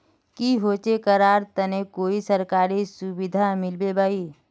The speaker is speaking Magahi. की होचे करार तने कोई सरकारी सुविधा मिलबे बाई?